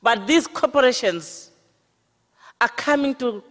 but these corporations are coming to